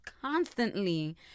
constantly